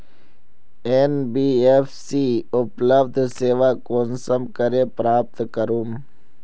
NBFC उपलब्ध सेवा कुंसम करे प्राप्त करूम?